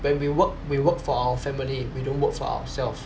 when we work we work for our family we don't work for ourselves